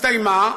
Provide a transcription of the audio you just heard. נסתיימה,